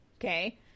Okay